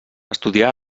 estudià